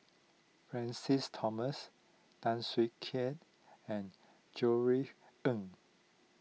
Francis Thomas Tan Siak Kew and Ng